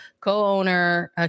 co-owner